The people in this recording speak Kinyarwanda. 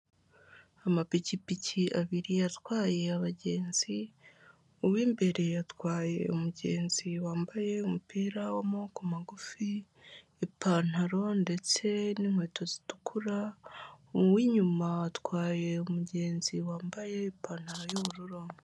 Amapikipiki abiri atwaye abagenzi, uw'imbere atwaye umugenzi wambaye umupira w'amaboko magufi, ipantaro, ndetse n'inkweto zitukura, uw'inyuma atwaye umugenzi wambaye ipantaro y'ubururu.